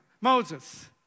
Moses